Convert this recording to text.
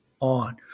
on